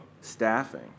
staffing